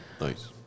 Nice